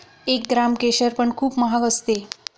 एक ग्राम केशर पण खूप महाग असते